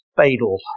fatal